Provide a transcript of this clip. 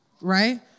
Right